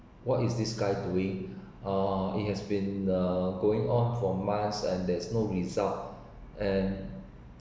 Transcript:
what is this guy doing uh it has been uh going on for months and there's no result and